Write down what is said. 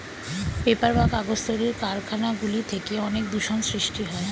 paper বা কাগজ তৈরির কারখানা গুলি থেকে অনেক দূষণ সৃষ্টি হয়